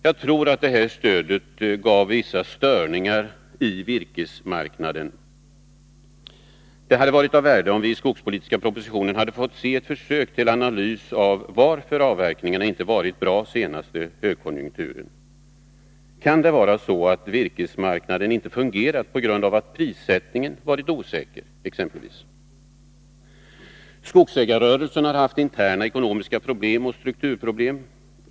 Jag tror att det stödet gav störningar i virkesmarknaden. Det hade varit av värde om vi i den skogspolitiska propositionen hade fått se ett försök till analys av varför avverkningarna inte varit bra senaste högkonjunkturen. Kan det vara så att virkesmarknaden inte fungerat på grund av att exempelvis prissättningen varit osäker? Skogsägarrörelsen har haft interna ekonomiska problem och strukturproblem.